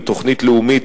ותוכנית לאומית,